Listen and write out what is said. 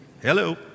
Hello